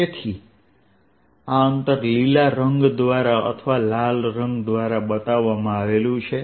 તેથી આ અંતર લીલા રંગ દ્વારા અથવા લાલ રંગ દ્વારા બતાવવામાં આવ્યું છે